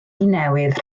newydd